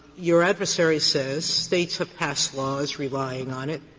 your adversary says states have passed laws relying on it,